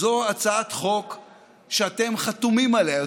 זו הצעת חוק שאתם חתומים עליה.